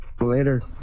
later